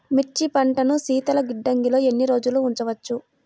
మిర్చి పంటను శీతల గిడ్డంగిలో ఎన్ని రోజులు ఉంచవచ్చు?